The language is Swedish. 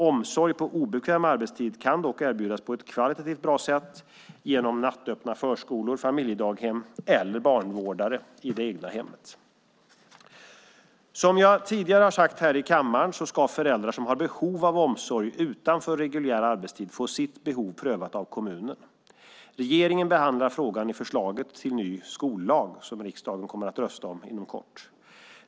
Omsorg på obekväm arbetstid kan dock erbjudas på ett kvalitativt bra sätt genom nattöppna förskolor, familjedaghem eller barnvårdare i det egna hemmet. Som jag tidigare har sagt här i kammaren ska föräldrar som har behov av omsorg utanför reguljär arbetstid få sitt behov prövat av kommunen. Regeringen behandlar frågan i förslaget till ny skollag som riksdagen kommer att rösta om inom kort.